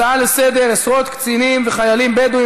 הצעות לסדר-היום: עשרות קצינים וחיילים בדואים